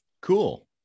Cool